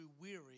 weary